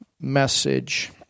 message